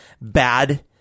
bad